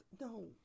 No